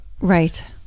Right